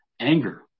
Anger